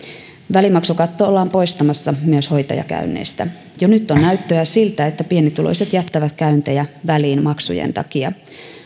välimaksukatto ollaan poistamassa myös hoitajakäynneistä jo nyt on näyttöä siitä että pienituloiset jättävät käyntejä väliin maksujen takia